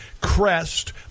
Crest